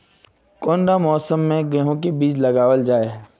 कोन सा मौसम में गेंहू के बीज लगावल जाय है